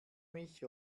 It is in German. mich